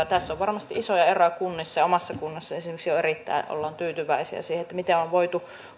tässä on varmasti isoja eroja kunnissa omassa kunnassani esimerkiksi ollaan erittäin tyytyväisiä siihen miten on on voitu